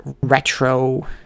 retro